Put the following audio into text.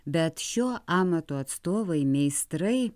bet šio amato atstovai meistrai